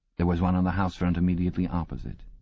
there was one on the house-front immediately opposite.